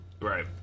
Right